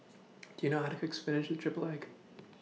Do YOU know How to Cook Spinach with Triple Egg